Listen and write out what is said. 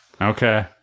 Okay